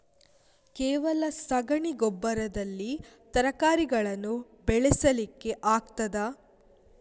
ಕೇವಲ ಸಗಣಿ ಗೊಬ್ಬರದಲ್ಲಿ ತರಕಾರಿಗಳನ್ನು ಬೆಳೆಸಲಿಕ್ಕೆ ಆಗ್ತದಾ?